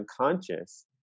unconscious